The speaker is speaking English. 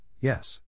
yes